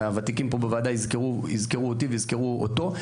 ותיקים פה בוועדה יזכרו אותי ואותו.